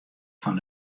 fan